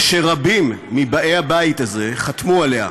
ושרבים מבאי הבית הזה חתמו עליה,